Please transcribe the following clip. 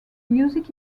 music